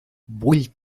vull